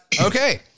okay